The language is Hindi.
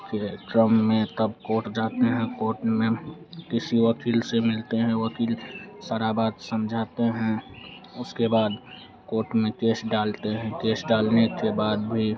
फिर ट्रम में तब कोट जाते हैं कोट में किसी वक़ील से मिलते हैं वक़ील सारी बात समझाते हैं उसके बाद कोट में केस डालते हैं केस डालने के बाद भी